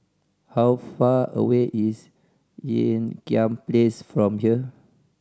how far away is Ean Kiam Place from here